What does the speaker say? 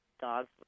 dog's